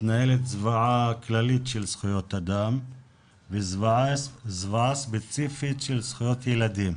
מתנהלת זוועה כללית של זכויות אדם וזוועה ספציפית של זכויות ילדים.